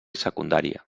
secundària